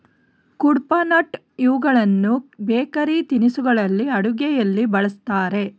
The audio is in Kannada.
ಕುಡ್ಪನಟ್ ಇವುಗಳನ್ನು ಬೇಕರಿ ತಿನಿಸುಗಳಲ್ಲಿ, ಅಡುಗೆಯಲ್ಲಿ ಬಳ್ಸತ್ತರೆ